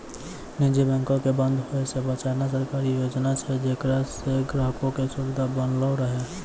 निजी बैंको के बंद होय से बचाना सरकारी योजना छै जेकरा से ग्राहको के सुविधा बनलो रहै